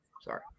sorry